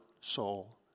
soul